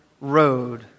road